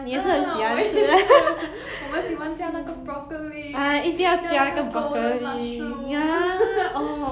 ah 我也是我们喜欢加那个 broccoli 加那个 golden mushrooms